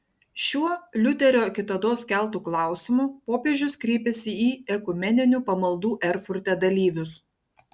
šiuo liuterio kitados keltu klausimu popiežius kreipėsi į ekumeninių pamaldų erfurte dalyvius